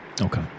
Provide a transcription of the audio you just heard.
Okay